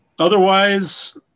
Otherwise